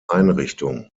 einrichtung